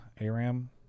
Aram